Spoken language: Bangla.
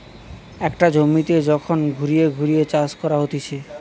একটা জমিতে যখন ঘুরিয়ে ঘুরিয়ে চাষ করা হতিছে